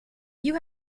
you